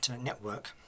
network